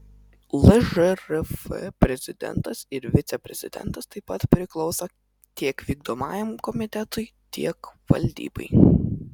lžrf prezidentas ir viceprezidentas taip pat priklauso tiek vykdomajam komitetui tiek valdybai